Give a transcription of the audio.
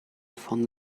von